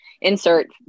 insert